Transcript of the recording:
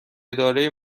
اداره